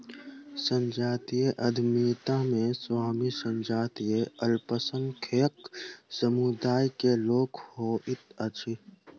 संजातीय उद्यमिता मे स्वामी संजातीय अल्पसंख्यक समुदाय के लोक होइत अछि